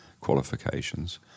qualifications